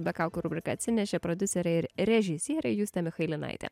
be kaukių rubriką atsinešė prodiuserėir režisierė justė michailinaitė